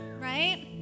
Right